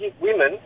women